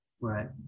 Right